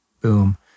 boom